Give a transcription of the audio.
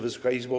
Wysoka Izbo!